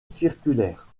circulaire